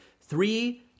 three